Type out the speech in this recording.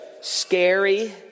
scary